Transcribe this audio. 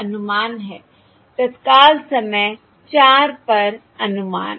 यह अनुमान है तत्काल समय 4 पर अनुमान